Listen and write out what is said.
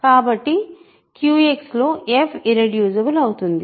కాబట్టి QX లో f irreducible అవుతుంది